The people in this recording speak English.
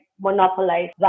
monopolize